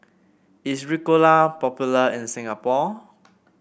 is Ricola popular in Singapore